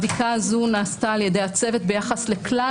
הבדיקה הזאת נעשתה על ידי הצוות ביחס לכלל